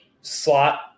slot